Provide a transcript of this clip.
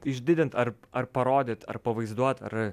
išdidint ar ar parodyt ar pavaizduot ar